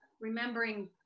remembering